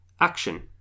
Action